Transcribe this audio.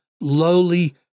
lowly